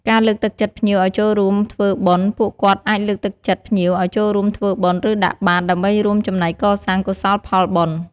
ការចាត់ចែងអីវ៉ាន់ បើសិនជាភ្ញៀវមានអីវ៉ាន់ច្រើន ពួកគាត់អាចជួយចាត់ចែង ឬរក្សាទុកឲ្យបានត្រឹមត្រូវ។